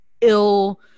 ill